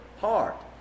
heart